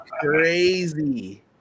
crazy